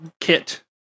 kit